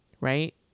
right